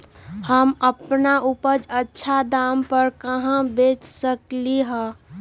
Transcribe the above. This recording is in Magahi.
हम अपन उपज अच्छा दाम पर कहाँ बेच सकीले ह?